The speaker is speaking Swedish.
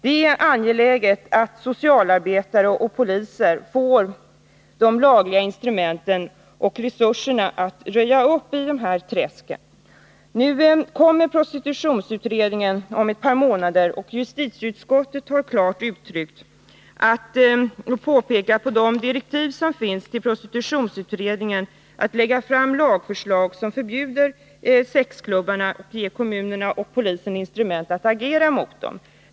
Det är angeläget att socialarbetare och poliser får de lagliga instrumenten och resurserna att röja upp i dessa träsk. Nu kommer prostitutionsutredningen om ett par månader. Justitieutskottet har pekat på de direktiv prostitutionsutredningen har att lägga fram lagförslag som förbjuder sexklubbarna och ger kommunerna och polisen instrument att agera mot dem.